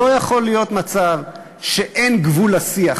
לא יכול להיות מצב שאין גבול לשיח.